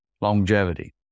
longevity